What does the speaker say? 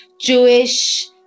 Jewish